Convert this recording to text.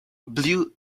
blew